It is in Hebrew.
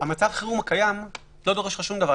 מצב החירום הקיים לא דורש ממך שום דבר.